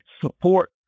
support